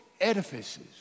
edifices